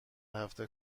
هفته